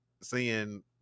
seeing